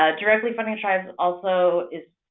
ah directly funding tribes also is,